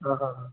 ആഹാഹാ